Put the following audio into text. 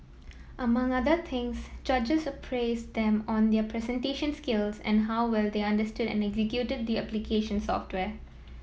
among other things judges appraised them on their presentation skills and how well they understood and executed the application software